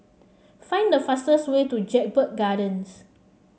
find the fastest way to Jedburgh Gardens